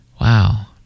Wow